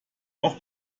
auch